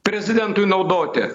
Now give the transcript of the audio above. prezidentui naudoti